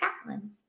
Scotland